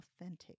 authentic